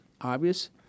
obvious